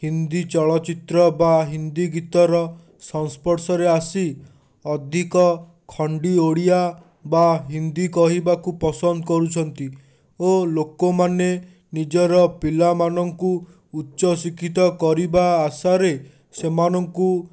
ହିନ୍ଦୀ ଚଳଚିତ୍ର ବା ହିନ୍ଦୀ ଗୀତର ସଂସ୍ପର୍ଶରେ ଆସି ଅଧିକ ଖଣ୍ଡି ଓଡ଼ିଆ ବା ହିନ୍ଦୀ କହିବାକୁ ପସନ୍ଦ କରୁଛନ୍ତି ଓ ଲୋକମାନେ ନିଜର ପିଲାମାନଙ୍କୁ ଉଚ୍ଚ ଶିକ୍ଷିତ କରିବା ଆଶାରେ ସେମାନଙ୍କୁ